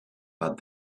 but